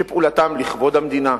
שפעולתם לכבוד למדינה.